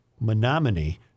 Menominee